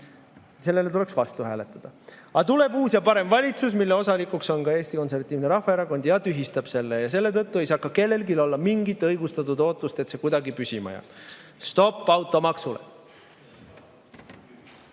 sellele tuleks vastu hääletada. Aga tuleb uus ja parem valitsus, mille osanikuks on ka Eesti Konservatiivne Rahvaerakond, ja tühistab selle maksu. Ja seetõttu ei saa mitte kellelgi olla õigustatud ootust, et see püsima jääb. Stopp automaksule!